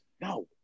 No